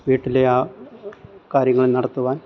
വീട്ടിലെ ആ കാര്യങ്ങൾ നടത്തുവാൻ